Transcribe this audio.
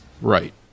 Right